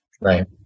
Right